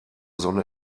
sonne